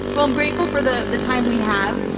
well, i'm grateful for the the time we have.